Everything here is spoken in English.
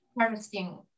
harvesting